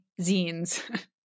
zines